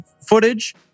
footage